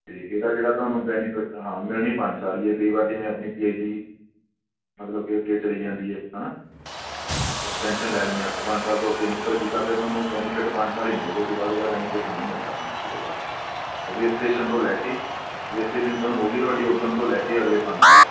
ਅਤੇ ਇਹਦਾ ਜਿਹੜਾ ਤੁਹਾਨੂੰ ਬੈਨੀਫਿਟ ਹਾਂ ਮਿਲਣੀ ਪੰਜ ਸਾਲ ਹੀ ਹੈ ਕਈ ਵਾਰ ਜਿਵੇਂ ਆਪਣੀ ਪੀ ਐਚ ਡੀ ਮਤਲਬ ਕਿ ਅੱਗੇ ਚਲੀ ਜਾਂਦੀ ਹੈ ਹੈ ਨਾ ਐਕਸਟੈਂਸ਼ਨ ਲੈ ਲੈਂਦੇ ਆ ਆਪਾਂ ਪੰਜ ਸਾਲ ਤੋਂ ਅੱਗੇ ਨਿਕਲ ਗਈ ਤਾਂ ਫਿਰ ਤੁਹਾਨੂੰ ਬੈਨੀਫਿਟ ਪੰਜ ਸਾਲ ਹੀ ਮਿਲੇਗਾ ਉਹ ਤੋਂ ਬਾਅਦ ਬੈਨੀਫਿਟ ਨਹੀਂ ਮਿਲਦਾ ਪੰਜ ਸਾਲ ਤੋਂ ਬਾਅਦ ਰਜਿਸਟ੍ਰੇਸ਼ਨ ਤੋਂ ਲੈ ਕੇ ਰਜਿਸਟ੍ਰੇਸ਼ਨ ਜਿੱਦਣ ਹੋ ਗਈ ਤੁਹਾਡੀ ਉੱਦਣ ਤੋਂ ਲੈ ਕੇ ਅਗਲੇ ਪੰਜ ਸਾਲ